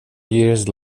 years